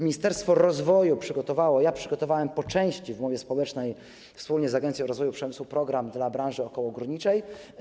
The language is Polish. Ministerstwo rozwoju przygotowało, ja przygotowałem po części w umowie społecznej wspólnie z Agencją Rozwoju Przemysłu program dla branży okołogórniczej.